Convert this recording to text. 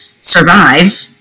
survive